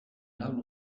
lau